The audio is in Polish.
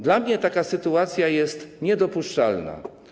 Dla mnie taka sytuacja jest niedopuszczalna.